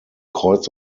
kreuz